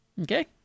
Okay